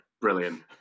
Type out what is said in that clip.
Brilliant